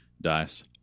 dice